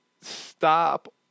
stop